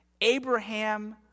Abraham